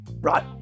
right